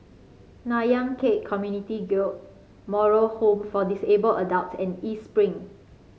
Nanyang Khek Community Guild Moral Home for Disabled Adults and East Spring